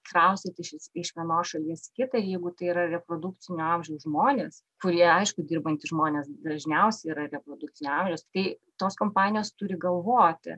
kraustytis iš vienos šalies kitą ir jeigu tai yra reprodukcinio amžiaus žmonės kurie aišku dirbantys žmonės dažniausiai yra reprodukcinio amžiaus tai tos kompanijos turi galvoti